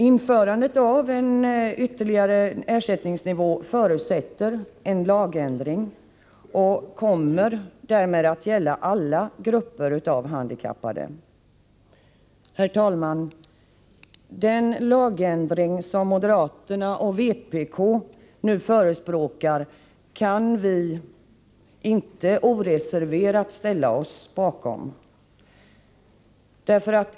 Införandet av ytterligare en ersättningsnivå förutsätter emellertid en lagändring, som innebär att ersättningsnivån gäller för alla grupper av handikappade. Herr talman! Den lagändring som moderaterna och vpk nu förespråkar kan vi inte oreserverat ställa oss bakom.